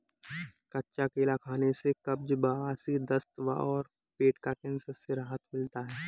कच्चा केला खाने से कब्ज, बवासीर, दस्त और पेट का कैंसर से राहत मिलता है